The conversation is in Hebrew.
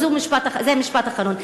זה משפט אחרון,